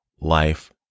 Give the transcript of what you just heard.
life